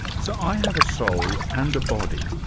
so i have a soul and a body,